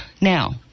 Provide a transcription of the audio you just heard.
now